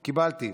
קיבלתי.